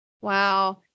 wow